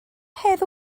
hedd